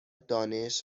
دانش